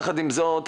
יחד עם זאת,